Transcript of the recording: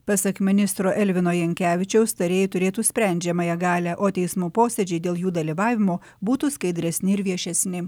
pasak ministro elvino jankevičiaus tarėjai turėtų sprendžiamąją galią o teismo posėdžiai dėl jų dalyvavimo būtų skaidresni ir viešesni